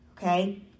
Okay